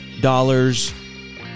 dollars